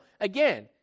again